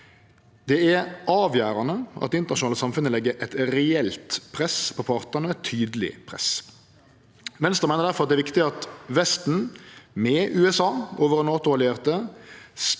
Det er avgjerande at det internasjonale samfunnet legg eit reelt press på partane – og eit tydeleg press. Venstre meiner difor det er viktig at Vesten med USA og våre NATO-allierte